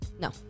No